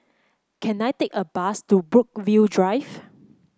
can I take a bus to Brookvale Drive